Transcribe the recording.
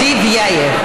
טיבייב,